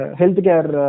healthcare